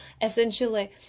essentially